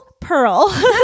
Pearl